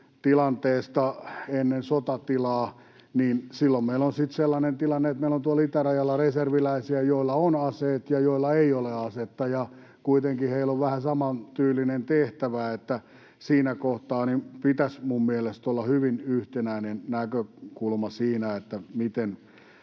tilanteesta ennen sotatilaa. Silloin meillä on sitten sellainen tilanne, että meillä on tuolla itärajalla reserviläisiä, joilla on aseet ja joilla ei ole asetta, ja kuitenkin heillä on vähän samantyylinen tehtävä. Siinä kohtaa pitäisi minun mielestäni olla hyvin yhtenäinen näkökulma siinä, miten